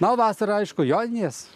na o vasarą aišku joninės